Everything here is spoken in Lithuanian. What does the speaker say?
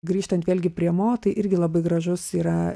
grįžtant vėlgi prie mo tai irgi labai gražus yra